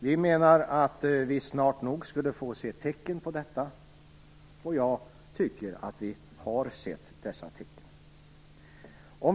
Vi menar att vi snart nog skulle få se tecken på detta, och jag tycker att vi har sett dessa tecken.